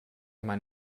mein